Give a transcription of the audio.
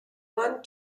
one